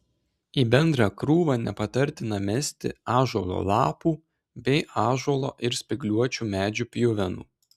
į bendrą krūvą nepatartina mesti ąžuolo lapų bei ąžuolo ir spygliuočių medžių pjuvenų